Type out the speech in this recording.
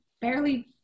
barely